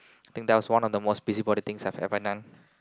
think that was one of the busybody things I've ever done